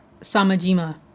Samajima